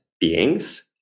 beings